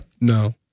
No